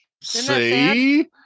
See